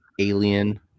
alien